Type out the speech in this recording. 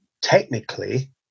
Technically